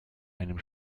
einem